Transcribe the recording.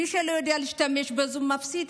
מי שלא יודע להשתמש בזום מפסיד.